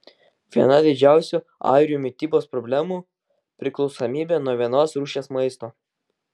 viena didžiausių airių mitybos problemų priklausomybė nuo vienos rūšies maisto